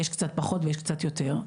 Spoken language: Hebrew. יש קצת פחות ויש קצת יותר.